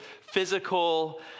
physical